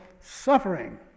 suffering